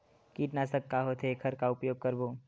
कीटनाशक का होथे एखर का उपयोग करबो?